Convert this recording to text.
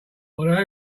although